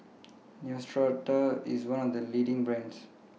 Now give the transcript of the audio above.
Neostrata IS one of The leading brands